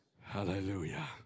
Hallelujah